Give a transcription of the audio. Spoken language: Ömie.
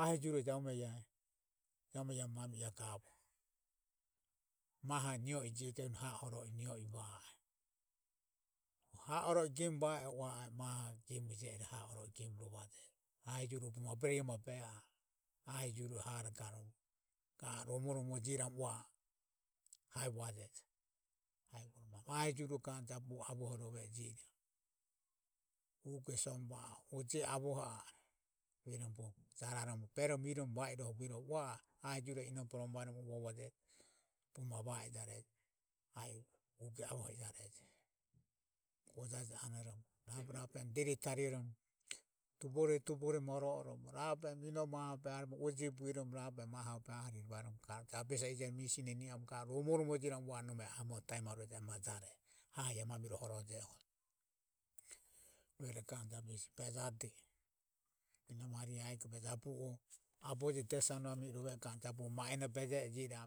ahi juro e i a mani e gavo maho nio i jio ego ha o ro nio i va e o hae oro gem va e o ua a e mahe gemu je ego iae hae gemu rove eje ahi juro bogo mabero be a e ha ho. Ahi juru ha ro ga a o romo romo jio iramu.ua a e hai vuaje ahi jure ga a e jabu avorove jio iramu uge some oje avoho a e iromo jareromo beromo iromo ua a e ahi jurero inomo borome vaeromo ua va jejo bogo ma va e jarejo a i uge avohoromo va e jarejo gojaje anoromo rabe oromo dere tarieromo tubore tubore moro o romo rabe oromo inomo aho o behe aho o behe oje bueromo rabe oromo aho o behe aharire vaeromo ga a e jabesi arije ero mie sine ni amoromo romoromo jio iramu uvo anue nome amoho taemaruejo e majare iae mami e rueroho bejade inome harihe aigo bejade jabu o aboje de sanuami iro rove o ga anue ma eno beje e jio iramu.